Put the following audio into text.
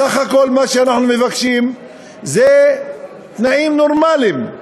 בסך הכול מה שאנחנו מבקשים זה תנאים נורמליים.